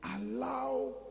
allow